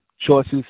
choices